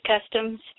customs